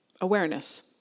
awareness